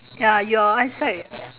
ya your eyesight